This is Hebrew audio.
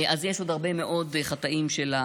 אז יש עוד הרבה מאוד חטאים של,